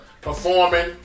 performing